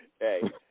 Hey